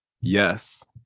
Yes